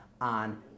on